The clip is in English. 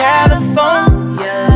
California